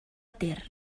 ter